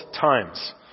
times